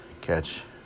Catch